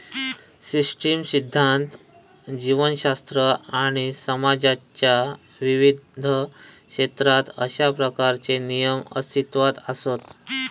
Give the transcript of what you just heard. system सिध्दांत, जीवशास्त्र आणि समाजाच्या विविध क्षेत्रात अशा प्रकारचे नियम अस्तित्वात असत